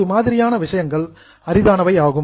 இது மாதிரியான விஷயங்கள் ரேர் கேஸ் அரிதானவை ஆகும்